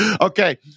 Okay